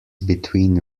between